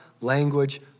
language